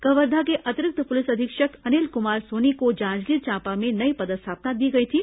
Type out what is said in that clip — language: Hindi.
कवर्धा के अतिरिक्त पुलिस अधीक्षक अनिल कुमार सोनी को जांजगीर चांपा में नई पदस्थापना दी गई थी